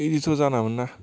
एदिथ' जानाङामोन ना